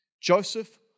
Joseph